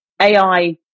AI